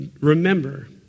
Remember